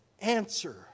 answer